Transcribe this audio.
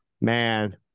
man